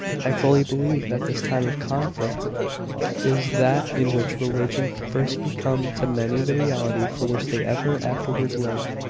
i fully believe that this time of conflict is that in which religion first becomes to many the reality, for which they ever afterwards live.